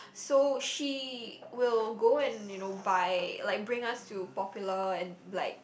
so she will go and you know buy like bring us to popular and like